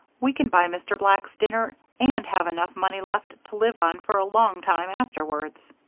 we can buy mr. black's dinner and have enough money left to live on for a long time afterwards.